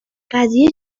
قضیه